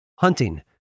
hunting